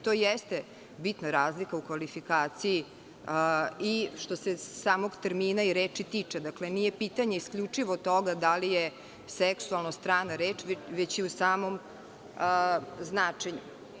To jeste bitna razlika u kvalifikaciji i što se samog termina i reči tiče, nije pitanje isključivo toga da li je – seksualno strana reč, već i u samom značenju.